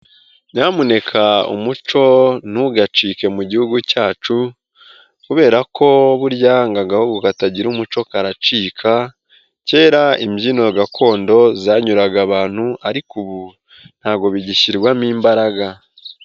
Nyamuneka umuco ntugacike mu gihugu cyacu, kubera ko buryaga agahugu katagira umuco karacika, kera imbyino gakondo zanyuraga abantu, ariko ubu ntabwo bigishyirwamo imbaraga.